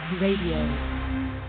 Radio